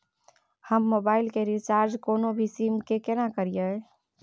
हम मोबाइल के रिचार्ज कोनो भी सीम के केना करिए?